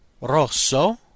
rosso